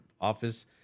office